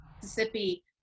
Mississippi